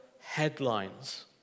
headlines